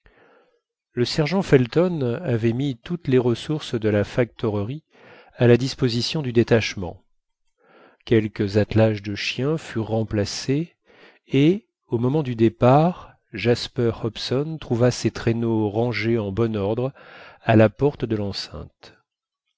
le sergent felton avait mis toutes les ressources de la factorerie à la disposition du détachement quelques attelages de chiens furent remplacés et au moment du départ jasper hobson trouva ses traîneaux rangés en bon ordre à la porte de l'enceinte